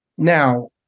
Now